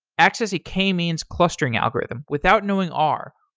access a k-means clustering algorithm without knowing r,